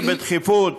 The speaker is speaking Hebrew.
להביא בדחיפות,